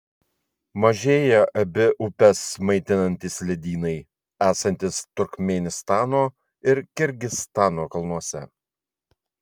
mažėja abi upes maitinantys ledynai esantys turkmėnistano ir kirgizstano kalnuose